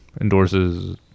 endorses